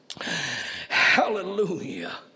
Hallelujah